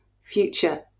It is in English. future